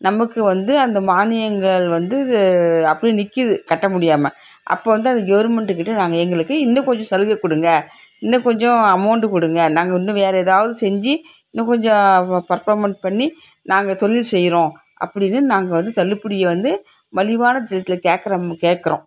நமக்கு வந்து அந்த மானியங்கள் வந்து இது அப்டியே நிற்குது கட்ட முடியாமல் அப்போ வந்து அது கவர்மெண்ட்டுக்கிட்டே நாங்கள் எங்களுக்கு இன்னும் கொஞ்சம் சலுகை கொடுங்க இன்னும் கொஞ்சம் அமௌண்டு கொடுங்க நாங்கள் வந்து வேறு ஏதாவது செஞ்சு இன்னும் கொஞ்சம் பர்ஃபாமன்ஸ் பண்ணி நாங்கள் தொழில் செய்கிறோம் அப்படின்னு நாங்க வந்து தள்ளுபடியை வந்து மலிவான விதத்தில் கேக்கிற கேக்கிறோம்